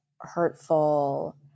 hurtful